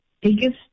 biggest